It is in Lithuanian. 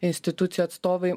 institucijų atstovai